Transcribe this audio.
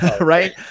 Right